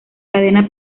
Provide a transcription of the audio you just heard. cadena